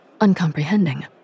uncomprehending